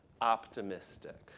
optimistic